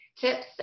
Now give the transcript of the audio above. tips